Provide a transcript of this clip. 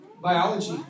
Biology